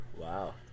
Wow